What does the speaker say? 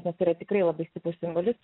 nes tai yra tikrai labai stiprus simbolis